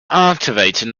activated